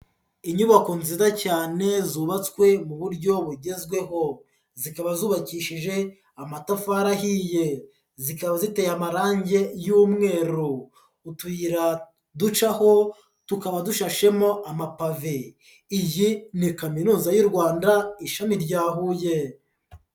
Inyubako nziza cyane zubatswe mu buryo bugezweho, zikaba zubakishije amatafari ahiye, zikaba ziteye amarange y'umweru, utuyira ducaho tukaba dushashemo amapave, iyi ni Kaminuza y'u Rwanda ishami rya Huye.